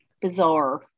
bizarre